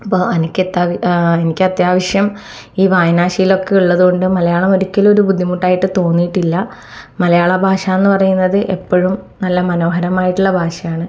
അപ്പോൾ എനിക്കത്യാവശ്യം ഈ വായനാ ശീലമൊക്കെ ഉള്ളതുകൊണ്ടും മലയാളം ഒരിക്കലും ഒരു ബുദ്ധിമുട്ടായിട്ട് തോന്നിയിട്ടില്ല മലയാള ഭാഷയെന്ന് പറയുന്നത് എപ്പോഴും നല്ല മനോഹരമായിട്ടുള്ള ഭാഷയാണ്